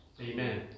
Amen